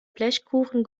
blechkuchen